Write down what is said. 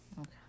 Okay